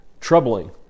troubling